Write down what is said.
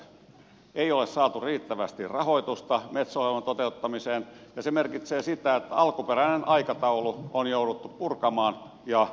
ei ole saatu riittävästi rahoitusta metso ohjelman toteuttamiseen ja se merkitsee sitä että alkuperäinen aikataulu on jouduttu purkamaan ja sitä rukkaamaan